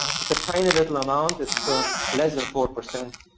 it's a tiny little amount. it's ah less than four percent